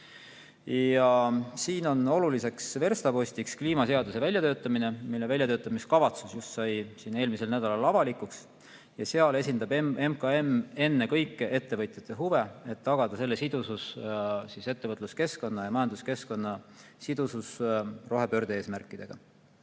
Siin on oluliseks verstapostiks kliimaseaduse väljatöötamine, mille väljatöötamiskavatsus sai just eelmisel nädalal avalikuks. Seal esindab MKM ennekõike ettevõtjate huve, et tagada ettevõtluskeskkonna ja majanduskeskkonna sidusus rohepöörde eesmärkidega.